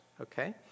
okay